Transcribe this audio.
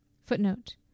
Footnote